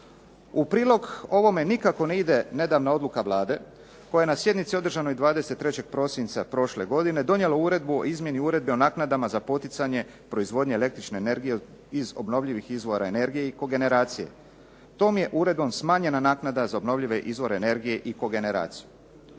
U prilog ovome nikako ne ide nedavna odluka Vlade koja je na sjednici održanoj 23. prosinca prošle godine donijela Uredbu o izmjeni Uredbe o naknadama za poticanje proizvodnje električne energije iz obnovljivih izvora energije i kogeneracije. Tom je uredbom smanjena naknada za obnovljive izvore energije i kogeneraciju.